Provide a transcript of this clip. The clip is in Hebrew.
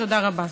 תודה רבה.